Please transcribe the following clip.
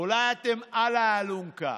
אולי אתם על האלונקה,